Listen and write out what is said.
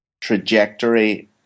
trajectory